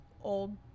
old